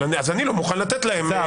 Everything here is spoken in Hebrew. אז אני לא מוכן לתת להם היתר.